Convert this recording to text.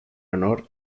honor